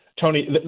Tony